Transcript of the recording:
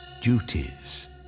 duties